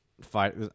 fight